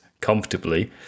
comfortably